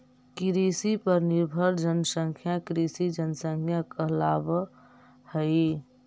कृषि पर निर्भर जनसंख्या कृषि जनसंख्या कहलावऽ हई